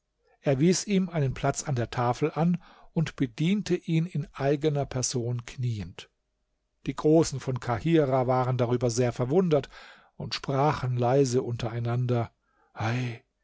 er wies ihm einen platz an der tafel an und bediente ihn in eigener person knieend die großen von kahirah waren darüber sehr verwundert und sprachen leise untereinander ei